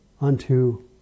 unto